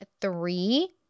three